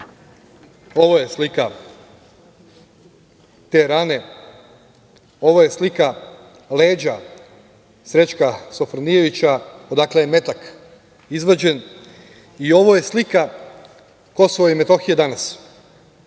Ovo je slika te rane. Ovo je slika leđa Srećka Sofronijevića odakle je metak izvađen. I ovo je slika Kosova i Metohije danas.